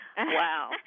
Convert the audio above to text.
Wow